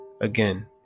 Again